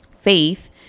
faith